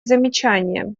замечания